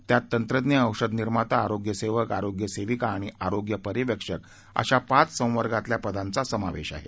त्यात तंत्रज्ञ औषध निर्माता आरोग्य सेवक आरोग्य सेविका आणि आरोग्य पर्यवेक्षक अशा पाच संवर्गातल्या पदांचा समावेश आहे